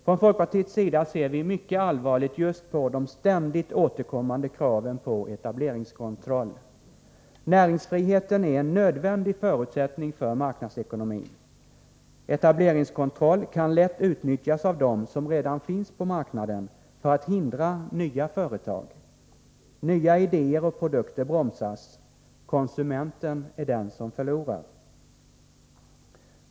Från folkpartiets sida ser vi mycket allvarligt just på de ständigt återkommande kraven på etableringskontroll. Näringsfriheten är en nödvändig förutsättning för marknadsekonomin. Etableringskontroll kan lätt utnyttjas av dem som redan finns på marknaden för att hindra nya företag. Nya idéer och produkter bromsas. Konsumenten är den som förlorar.